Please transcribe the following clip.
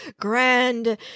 grand